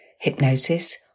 hypnosis